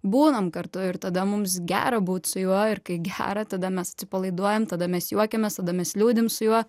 būnam kartu ir tada mums gera būt su juo ir kai gera tada mes atsipalaiduojam tada mes juokiamės tada mes liūdim su juo